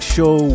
Show